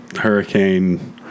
Hurricane